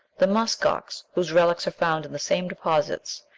the musk-ox, whose relics are found in the same deposits,